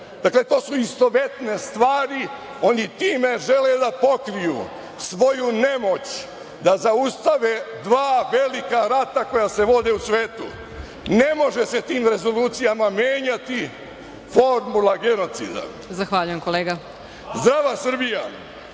Evrope. To su istovetne stvari. Oni time žele da pokriju svoju nemoć da zaustave dva velika rata koja se vode u svetu. Ne može se tim rezolucijama menjati formula genocida. Završavam. Zdrava Srbija